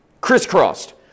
crisscrossed